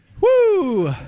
Woo